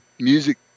music